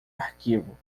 arquivo